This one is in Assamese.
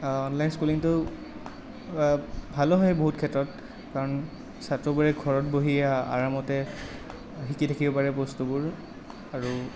অনলাইন স্কুলিঙটো ভালো হয় বহুত ক্ষেত্ৰত কাৰণ ছাত্ৰবোৰে ঘৰত বহিয়ে আৰামতে শিকি থাকিব পাৰে বস্তুবোৰ আৰু